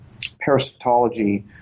parasitology